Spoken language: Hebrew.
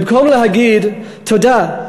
במקום להגיד תודה,